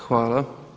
Hvala.